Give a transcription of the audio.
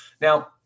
Now